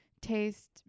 taste